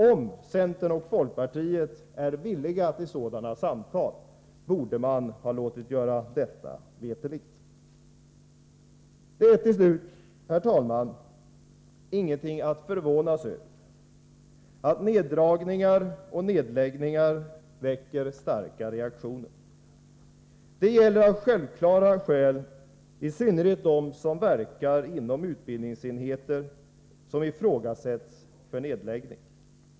Om centern och folkpartiet är villiga till samtal på den grunden, borde man ha låtit göra detta veterligt. Det är till slut, herr talman, ingenting att förvånas över att neddragningar och nedläggningar väcker starka reaktioner. Det gäller av självklara skäl i synnerhet dem som verkar inom utbildningsenheter som ifrågasätts för nedläggning.